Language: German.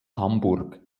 hamburg